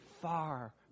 far